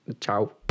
ciao